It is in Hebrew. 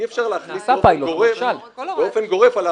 אי אפשר להכניס באופן גורף.